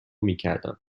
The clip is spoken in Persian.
میکردم